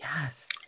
Yes